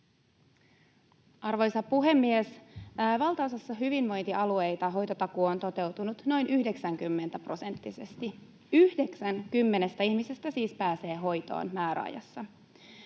Arvoisa puhemies! Valtaosassa hyvinvointialueita hoitotakuu on toteutunut noin 90-prosenttisesti, yhdeksän kymmenestä ihmisestä siis pääsee hoitoon määräajassa.